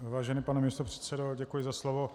Vážený pane místopředsedo, děkuji za slovo.